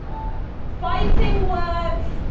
fighting words,